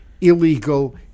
illegal